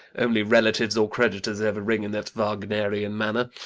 only relatives, or creditors, ever ring in that wagnerian manner.